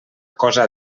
cosa